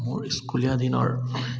মোৰ স্কুলীয়া দিনৰ